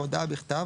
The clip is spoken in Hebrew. בהודעה בכתב,